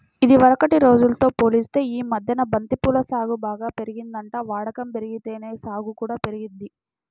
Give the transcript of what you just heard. ఇదివరకటి రోజుల్తో పోలిత్తే యీ మద్దెన బంతి పూల సాగు బాగా పెరిగిందంట, వాడకం బెరిగితేనే సాగు కూడా పెరిగిద్ది